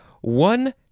One